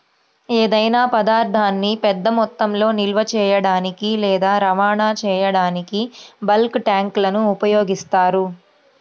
ఏదైనా పదార్థాన్ని పెద్ద మొత్తంలో నిల్వ చేయడానికి లేదా రవాణా చేయడానికి బల్క్ ట్యాంక్లను ఉపయోగిస్తారు